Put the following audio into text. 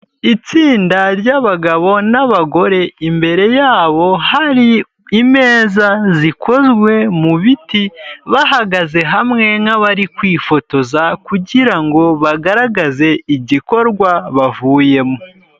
Itsinda ry'abagabo n'abagore, imbere yabo hari imeza zikozwe mu biti, bahagaze hamwe nk'abari kwifotoza kugira ngobagaragaze igikorwa bavuyemo.